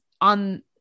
on